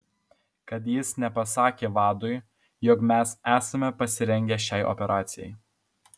kad jis nepasakė vadui jog mes esame pasirengę šiai operacijai